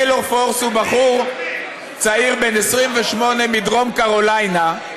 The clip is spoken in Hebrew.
טיילור פורס הוא בחור צעיר בן 28 מדרום קרוליינה,